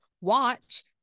watch